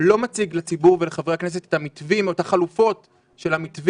לא מציג לציבור ולחברי הכנסת את המתווים או את החלופות של המתווים.